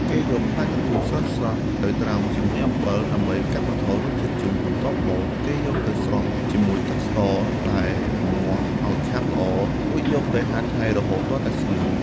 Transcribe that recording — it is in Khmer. គេយកផ្លែកន្ទួតស្រស់ៗទៅត្រាំជាមួយអំបិល ដើម្បីកាត់បន្ថយរសជាតិជូរបន្ទាប់មក គេយកទៅស្រុះជាមួយទឹកស្ករដែលរំងាស់ឲ្យខាប់ល្អ រួចយកទៅហាលថ្ងៃរហូតទាល់តែស្ងួត។